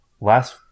last